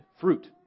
fruit